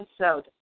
episode